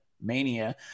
mania